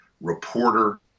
reporter